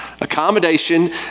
Accommodation